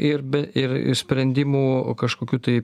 ir ir sprendimų kažkokių tai